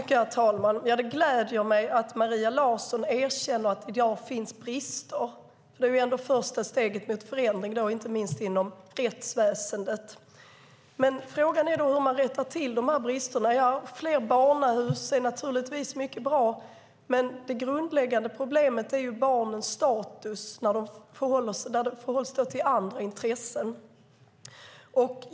Herr talman! Det gläder mig att Maria Larsson erkänner att det i dag finns brister. Det är ändå det första steget mot förändring, inte minst inom rättsväsendet. Frågan är hur man rättar till dessa brister. Fler barnahus är naturligtvis mycket bra, men det grundläggande problemet är hur barnens status förhåller sig till andra intressen.